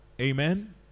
Amen